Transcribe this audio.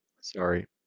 Sorry